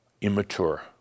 immature